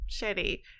shitty